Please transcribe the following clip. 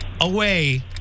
away